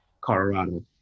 Colorado